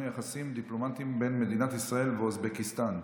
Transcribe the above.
יחסים דיפלומטיים בין מדינת ישראל לאוזבקיסטן,